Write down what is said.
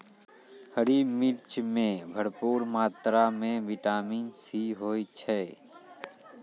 हरी मिर्च मॅ भरपूर मात्रा म विटामिन सी होय छै